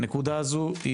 הנקודה הזו,